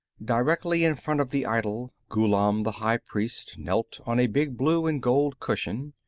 directly in front of the idol, ghullam the high priest knelt on a big blue and gold cushion.